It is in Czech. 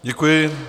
Děkuji.